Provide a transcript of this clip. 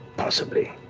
possibly.